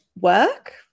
work